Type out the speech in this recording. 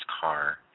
car